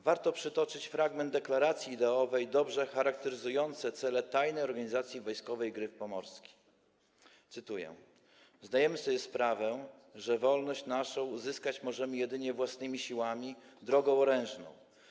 Warto przytoczyć fragment deklaracji ideowej dobrze charakteryzującej cele Tajnej Organizacji Wojskowej „Gryf Pomorski”, cytuję: Zdajemy sobie sprawę, że wolność naszą uzyskać możemy jedynie własnymi siłami, drogą orężną.